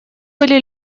были